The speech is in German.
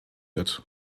wird